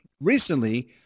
recently